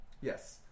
yes